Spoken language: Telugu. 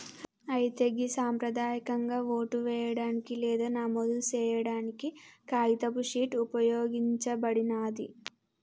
అయితే గి సంప్రదాయకంగా ఓటు వేయడానికి లేదా నమోదు సేయాడానికి కాగితపు షీట్ ఉపయోగించబడినాది